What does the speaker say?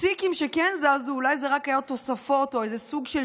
הפסיקים שכן זזו היו אולי רק תוספות או סוג של